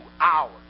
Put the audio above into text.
hours